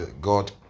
God